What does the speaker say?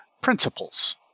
principles